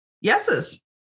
yeses